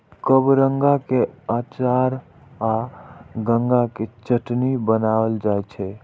कबरंगा के अचार आ गंगा के चटनी बनाएल जाइ छै